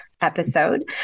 episode